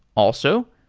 also,